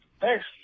thanks